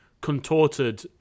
contorted